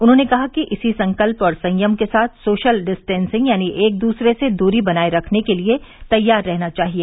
उन्होंने कहा कि इसी संकल्प और संयम के साथ सोशल डिस्टेन्सिंग यानी एक दूसरे से दूरी बनाए रखने के लिए तैयार रहना चाहिए